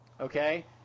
okay